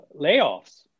layoffs